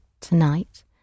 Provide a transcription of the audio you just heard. tonight